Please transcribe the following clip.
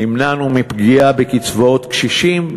נמנענו מפגיעה בקצבאות קשישים,